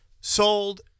sold